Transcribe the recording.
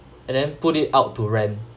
and then put it out to rent